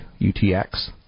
UTX